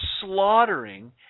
slaughtering